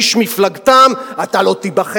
איש מפלגתם: אתה לא תיבחר,